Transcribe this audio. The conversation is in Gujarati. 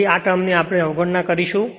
તેથી આ ટર્મ ની આપણે અવગણના કરીશું